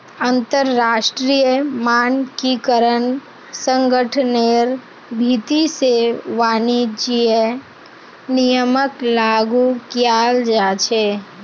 अंतरराष्ट्रीय मानकीकरण संगठनेर भीति से वाणिज्यिक नियमक लागू कियाल जा छे